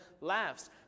laughs